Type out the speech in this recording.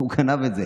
הוא גנב את זה.